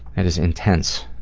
and is intense.